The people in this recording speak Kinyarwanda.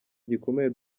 gikomeye